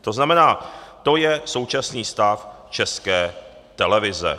To znamená, to je současný stav České televize.